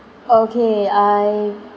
okay I